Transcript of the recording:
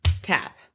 Tap